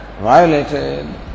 violated